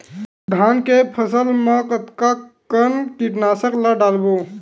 धान के फसल मा कतका कन कीटनाशक ला डलबो?